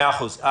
מאה אחוז.